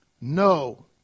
No